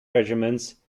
regiments